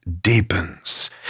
deepens